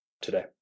today